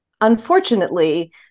unfortunately